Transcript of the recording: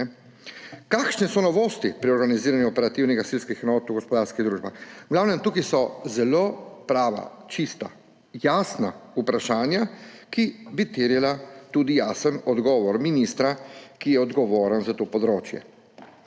»Kakšne so novosti pri organiziranju operativnih gasilskih enot v gospodarskih družbah?« V glavnem, tukaj so zelo prava, čista, jasna vprašanja, ki bi terjala tudi jasen odgovor ministra, ki je odgovoren za to področje.